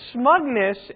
smugness